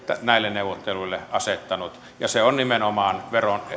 näille neuvotteluille asettanut ja se on nimenomaan